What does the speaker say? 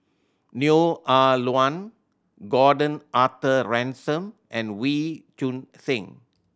Neo Ah Luan Gordon Arthur Ransome and Wee Choon Seng